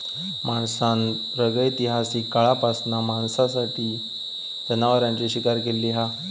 माणसान प्रागैतिहासिक काळापासना मांसासाठी जनावरांची शिकार केली हा